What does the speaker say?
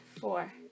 Four